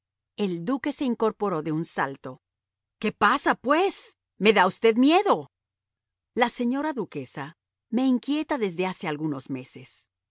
el duque se incorporó de un salto qué pasa pues me da usted miedo la señora duquesa me inquieta desde hace algunos meses